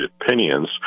opinions